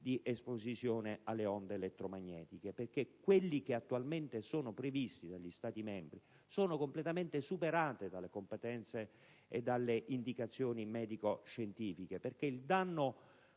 di esposizione alle onde elettromagnetiche perché quelli attualmente previsti dagli Stati membri sono completamente superati dalle competenze e dalle indicazioni medico-scientifiche, in quanto il danno